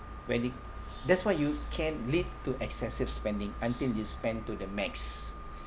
when it that's why you can lead to excessive spending until you spend to the max